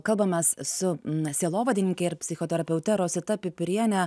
kalbamės su na sielovadininke ir psichoterapeute rosita pipiriene